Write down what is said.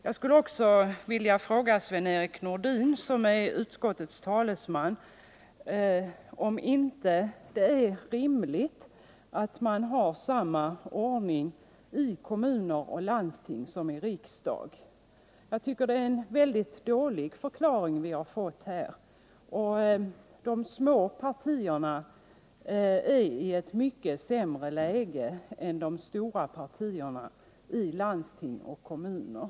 Jag skulle också vilja fråga Sven-Erik Nordin, som är utskottets talesman, om det inte är rimligt att man har samma ordning i kommuner och i landsting som vad vi har här i riksdagen. Jag tycker att den förklaring jag har fått här är mycket dålig. De små partierna i landsting och i kommuner befinner sig i ett mycket sämre läge än de stora.